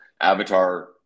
avatar